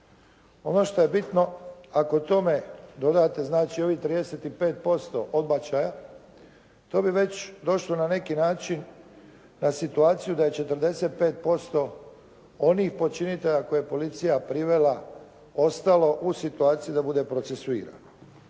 Ono šta je bitno, ako tome dodate znači ovih 35% odbačaja to bi već došlo na neki način na situaciju da je 45% onih počinitelja koje je policija privela ostalo u situaciji da bude procesuirano.